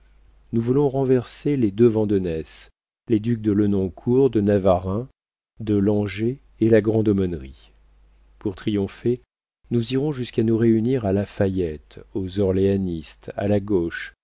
nous voulons renverser les deux vandenesse les ducs de lenoncourt de navareins de langeais et la grande aumônerie pour triompher nous irons jusqu'à nous réunir à la fayette aux orléanistes à la gauche